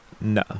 no